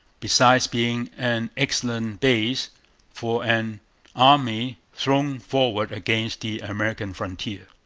besides being an excellent base for an army thrown forward against the american frontier.